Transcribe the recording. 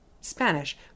Spanish